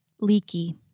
leaky